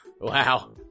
Wow